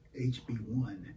HB1